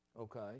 okay